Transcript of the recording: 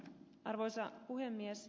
arvoisa puhemies